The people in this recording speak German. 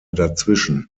dazwischen